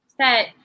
set